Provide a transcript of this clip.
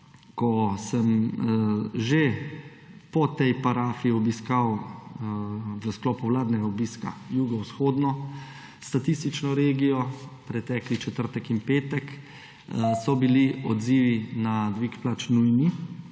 ko sem že po tej parafi obiskal v sklopu vladnega obiska jugovzhodno statistično regijo pretekli četrtek in petek, so bili odzivi na dvig plač dobri